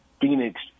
Phoenix